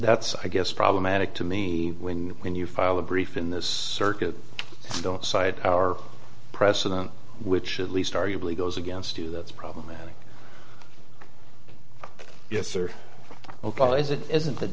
that's i guess problematic to me when when you file a brief in this circuit you don't cite our precedent which at least arguably goes against you that's problematic yes or no call is it isn't the